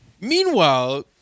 Meanwhile